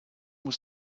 was